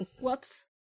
whoops